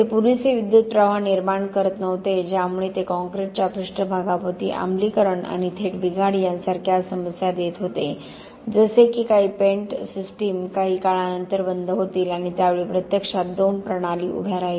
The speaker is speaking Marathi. ते पुरेसे विद्युतप्रवाह निर्माण करत नव्हते ज्यामुळे ते कॉंक्रिटच्या पृष्ठभागाभोवती आम्लीकरण आणि थेट बिघाड यांसारख्या समस्या देत होते जसे की काही पेंट सिस्टम काही काळानंतर बंद होतील आणि त्या वेळी प्रत्यक्षात फक्त दोन प्रणाली उभ्या राहिल्या